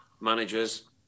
managers